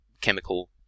chemical